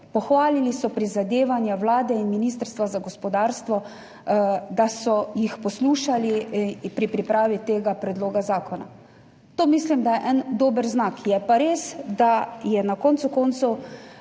Pohvalili so prizadevanja Vlade in Ministrstva za gospodarstvo, da so jih poslušali pri pripravi tega predloga zakona. To mislim, da je en dober znak. Je pa res, da na koncu koncev